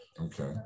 Okay